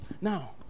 Now